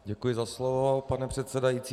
Děkuji za slovo, pane předsedající.